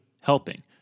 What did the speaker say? helping